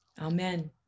Amen